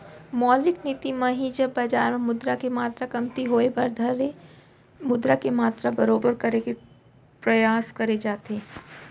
मौद्रिक नीति म ही जब बजार म मुद्रा के मातरा कमती होय बर धरथे मुद्रा के मातरा बरोबर करे के परयास करे जाथे